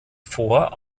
fort